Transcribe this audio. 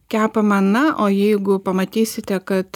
kepama na o jeigu pamatysite kad